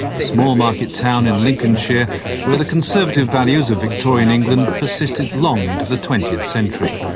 a small market town in lincolnshire where the conservative values of victorian england persisted long into the twentieth century.